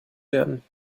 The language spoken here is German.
werden